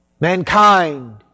mankind